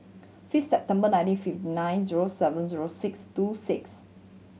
fifth December nineteen fifty nine zero seven zero six two six